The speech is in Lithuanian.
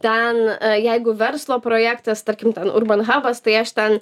ten jeigu verslo projektas tarkim ten urban habas tai aš ten